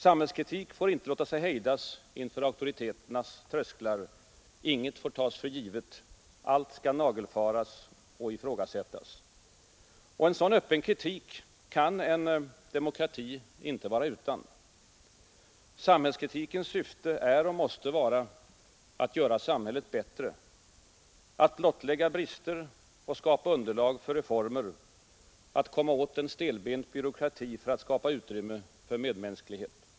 Samhällkritik får inte låta sig hejdas inför auktoriteternas trösklar. Inget får tas för givet. Allt skall nagelfaras och ifrågasättas. Och en sådan öppen kritik kan en demokrati inte vara utan. Samhällskritikens syfte är och måste vara att göra samhället bättre, att blottlägga brister och skapa underlag för reformer, att komma åt en stelbent byråkrati för att skapa utrymme för medmänsklighet.